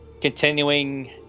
continuing